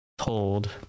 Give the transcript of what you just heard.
told